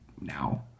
now